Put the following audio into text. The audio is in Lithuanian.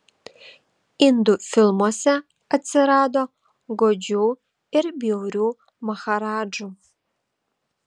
indų filmuose atsirado godžių ir bjaurių maharadžų